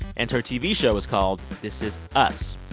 and her tv show is called this is us.